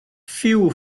few